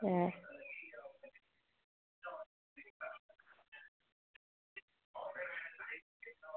ऐं